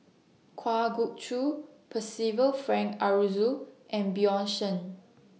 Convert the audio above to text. Kwa Geok Choo Percival Frank Aroozoo and Bjorn Shen